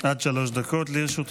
בבקשה, עד שלוש דקות לרשותך.